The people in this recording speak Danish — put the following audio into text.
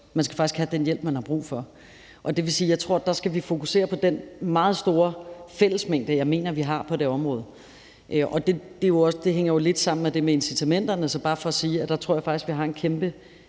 Man skal faktisk have den hjælp, man har brug for. Og det vil sige, at jeg tror, at der skal vi fokusere på den meget stor fællesmængde, jeg mener vi har på det område, og det hænger jo lidt sammen med det med incitamenterne. Så det er bare for at sige, at der tror jeg faktisk, vi har en kæmpe